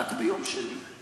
רק ביום שני,